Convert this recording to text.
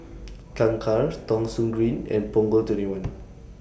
Kangkar Thong Soon Green and Punggol twenty one